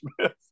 Smith